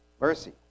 mercy